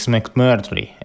McMurtry